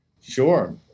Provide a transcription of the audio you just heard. Sure